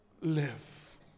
live